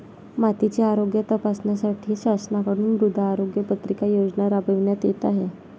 मातीचे आरोग्य तपासण्यासाठी शासनाकडून मृदा आरोग्य पत्रिका योजना राबविण्यात येत आहे